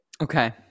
Okay